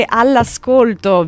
all'ascolto